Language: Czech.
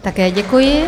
Také děkuji.